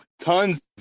tons